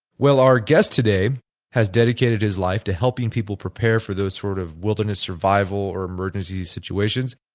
well, our guest today has dedicated his life to helping people prepare for those sort of wilderness survival or emergency situations.